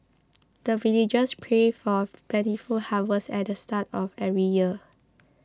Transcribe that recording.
the villagers pray for plentiful harvest at the start of every year